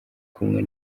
kumwe